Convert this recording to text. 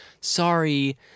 Sorry